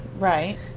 Right